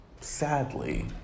sadly